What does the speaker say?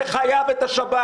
חושב שאתם,